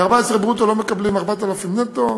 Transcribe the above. מ-14,000 ברוטו לא מקבלים 4,000 נטו,